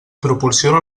proporciona